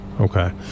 Okay